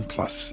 Plus